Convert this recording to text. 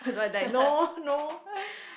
is like like no no